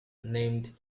named